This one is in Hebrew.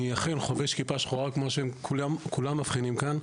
אני אכן חובש כיפה שחורה, כמו שכולם מבחינים כאן,